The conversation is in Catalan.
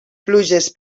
pluges